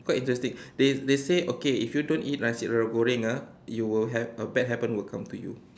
quite interesting they they say okay if you don't eat nasi goreng ah you will have a bad happen will come to you